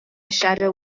shadow